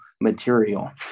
material